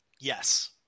Yes